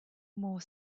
more